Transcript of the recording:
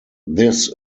this